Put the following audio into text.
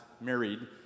married